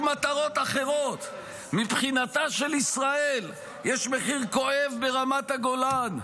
מטרות אחרות --- מבחינתה של ישראל יש מחיר כואב ברמת הגולן,